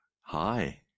Hi